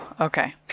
okay